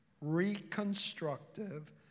reconstructive